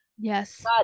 Yes